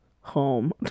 home